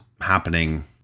happening